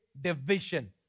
division